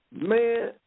Man